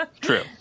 True